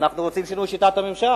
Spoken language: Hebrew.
אנחנו רוצים שינוי שיטת הממשל,